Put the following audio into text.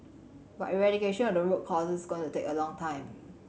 but eradication of the root causes is going to take a long time